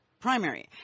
primary